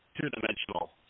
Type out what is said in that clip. two-dimensional